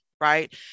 Right